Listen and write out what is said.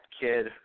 kid